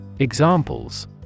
Examples